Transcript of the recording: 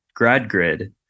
GradGrid